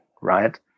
right